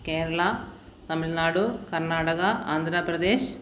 Kerala Tamil Nadu Karnataka Andhra Pradesh